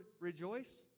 rejoice